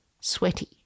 Sweaty